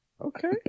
Okay